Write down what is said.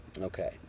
Okay